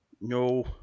No